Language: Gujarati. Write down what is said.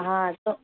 હા તો